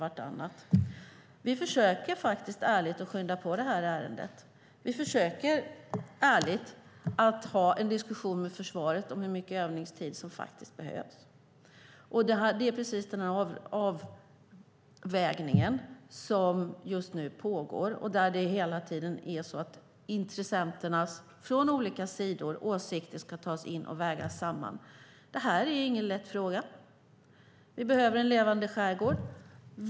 Vi försöker ärligt att skynda på ärendet. Vi försöker ärligt att ha en diskussion med försvaret om hur mycket övningstid som behövs. Det är precis den avvägningen som just nu pågår. Olika intressenters åsikter ska vägas samman. Det här är ingen lätt fråga. Vi behöver en levande skärgård.